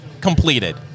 completed